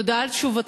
תודה על תשובתך.